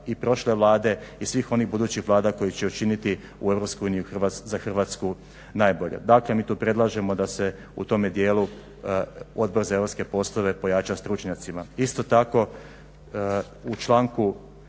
i prošle vlade i svih onih budućih vlada koje će učiniti u EU za Hrvatsku najbolje. Dakle mi tu predlažemo da se u tome dijelu Odbor za europske poslove pojača stručnjacima. Isto tako u članku